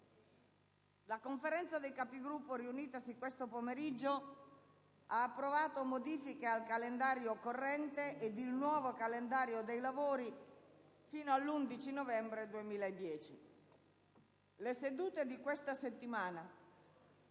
la Conferenza dei Capigruppo, riunitasi questo pomeriggio, ha approvato modifiche al calendario corrente ed il nuovo calendario dei lavori fino all'11 novembre 2010. Le sedute di questa settimana